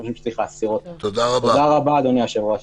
תודה רבה, אדוני היושב-ראש.